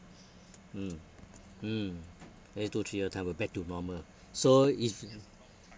mm mm then two three year time will back to normal so if